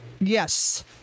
Yes